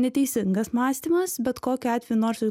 neteisingas mąstymas bet kokiu atveju nors ir